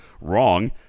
wrong